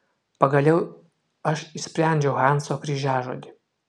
pagaliau aš išsprendžiau hanso kryžiažodį